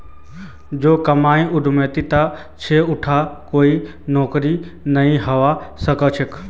जो कमाई उद्यमितात छ उटा कोई नौकरीत नइ हबा स ख छ